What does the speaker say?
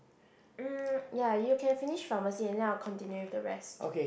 mm ya you can finish pharmacy and then I will continue with the rest